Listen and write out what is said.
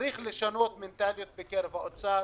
צריך לשנות את המנטליות אצל האוצר